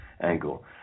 angle